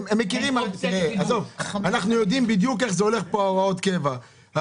אנחנו יודעים בדיוק איך עובדות הוראות השעה.